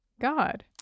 God